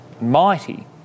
mighty